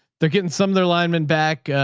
they're getting some of their linemen back.